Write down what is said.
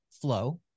flow